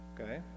Okay